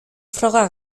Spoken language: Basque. froga